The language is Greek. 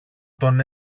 τον